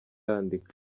yandika